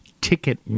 ticket